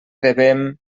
devem